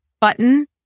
button